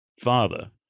father